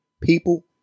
people